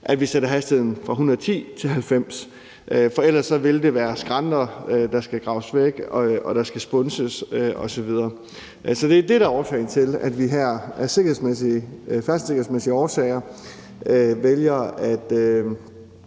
at vi sætter hastigheden ned fra 110 km/t. til 90 km/t. For ellers vil der være skrænter, der skal graves væk, og der skal spunses osv. Så det er det, der er årsagen til, at vi af færdselssikkerhedsmæssige årsager vælger at